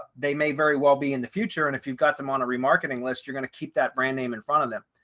they may very well be in the future. and if you've got them on a remarketing list, you're going to keep that brand name in front of them.